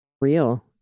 real